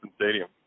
stadium